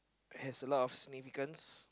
has a lot of significance